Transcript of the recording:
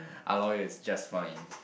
Aloy is just fine